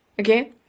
okay